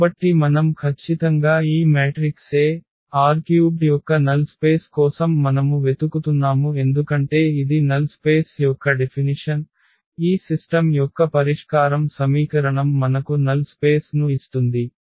కాబట్టి మనం ఖచ్చితంగా ఈ మ్యాట్రిక్స్ A R³ యొక్క నల్ స్పేస్ కోసం మనము వెతుకుతున్నాము ఎందుకంటే ఇది నల్ స్పేస్ యొక్క డెఫినిషన్ ఈ సిస్టమ్ యొక్క పరిష్కారం చూడండి సమయం 3058 సమీకరణం మనకు నల్ స్పేస్ ను ఇస్తుంది